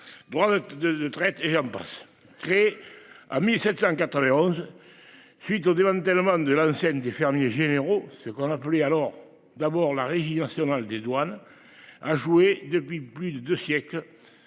Droit de traite en. Créé à 1791. Suite au démantèlement de l'ancienne des fermiers généraux. Ce qu'on appelait alors d'abord la Régie nationale des douanes. A joué depuis plus de 2 siècles.